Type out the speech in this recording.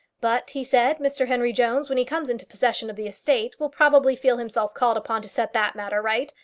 but, he said, mr henry jones, when he comes into possession of the estate, will probably feel himself called upon to set that matter right,